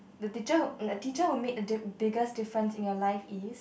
the teacher who the teacher who made a di~ biggest difference in your life is